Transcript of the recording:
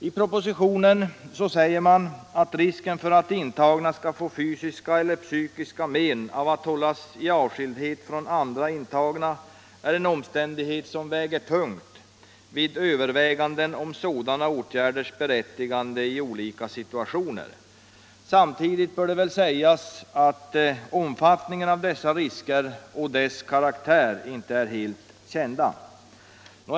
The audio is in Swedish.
I propositionen säger man att risken för att intagna skall få fysiska eller psykiska men av att hållas i avskildhet från andra intagna är en omständighet som väger tungt vid överväganden om sådana åtgärders berättigande i olika situationer. Samtidigt bör det väl sägas att omfattningen av dessa risker och deras karaktär inte är kända.